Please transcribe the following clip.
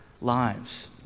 lives